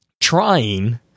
trying